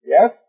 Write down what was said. Yes